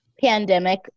pandemic